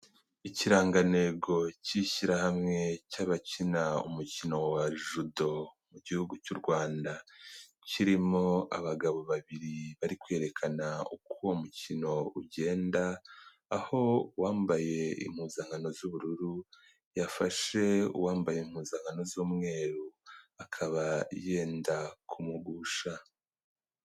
Ikirangantego cy'ishyirahamwe cy'abakina umukino wa Judo mu gihugu cy'u Rwanda, kirimo abagabo babiri bari kwerekana uko uwo mukino ugenda, aho uwambaye impuzankano z'ubururu yafashe uwambaye impuzano z'umweru akaba yenda kumugusha.